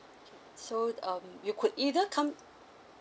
so um you could either come